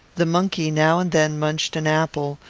the monkey now and then munched an apple,